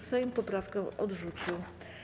Sejm poprawkę odrzucił.